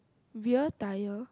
veer tyre